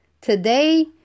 Today